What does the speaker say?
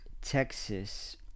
Texas